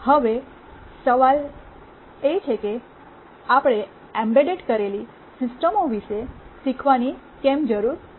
હવે સવાલ એ છે કે આપણે એમ્બેડ કરેલી સિસ્ટમો વિશે શીખવાની કેમ જરૂર છે